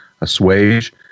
assuage